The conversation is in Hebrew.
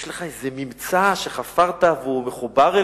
יש לך איזה ממצא שחפרת והוא מחובר אליך?